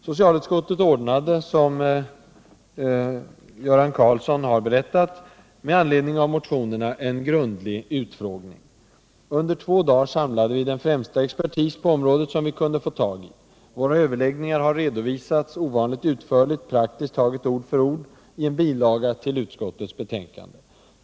Socialutskottet ordnade, som Göran Karlsson har berättat, med anledning av motionerna en grundlig utfrågning. Undet två dagar samlade vi den främsta expertis på området som vi kunde få tag i. Våra överläggningar har redovisats ovanligt utförligt — praktiskt taget ord för ord — i en bilaga till utskottets betänkande.